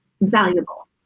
valuable